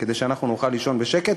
כדי שאנחנו נוכל לישון בשקט,